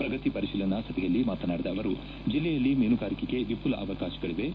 ಪ್ರಗತಿ ಪರಿತೀಲನಾ ಸಭೆಯಲ್ಲಿ ಮಾತನಾಡಿದ ಅವರು ಜಿಲ್ಲೆಯಲ್ಲಿ ಮೀನುಗಾರಿಕೆಗೆ ವಿಪುಲ ಅವಕಾಶಗಳಿವೆ